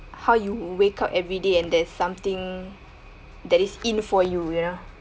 how you wake up every day and there's something that is in for you you know